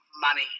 money